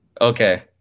Okay